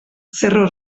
cerro